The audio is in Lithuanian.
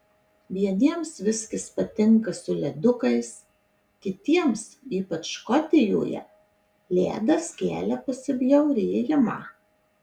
vieniems viskis patinka su ledukais kitiems ypač škotijoje ledas kelia pasibjaurėjimą